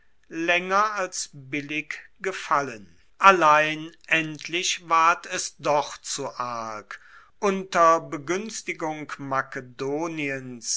laenger als billig gefallen allein endlich ward es doch zu arg unter beguenstigung makedoniens